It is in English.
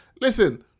listen